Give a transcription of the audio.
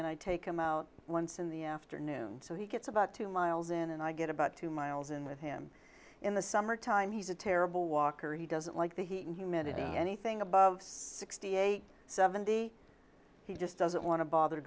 and i take him out once in the afternoon so he gets about two miles in and i get about two miles in with him in the summer time he's a terrible walker he doesn't like the heat and humidity anything above sixty eight seventy he just doesn't want to bother